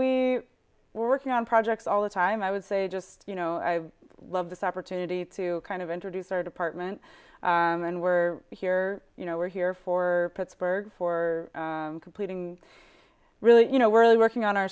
we were working on projects all the time i would say just you know i love this opportunity to kind of introduce our department and were here you know we're here for pittsburgh for completing really you know we're working on our